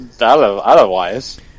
Otherwise